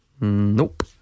Nope